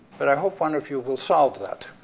but i hope one of you will solve that.